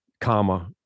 comma